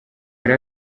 yari